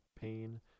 pain